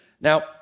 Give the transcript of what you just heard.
Now